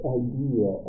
idea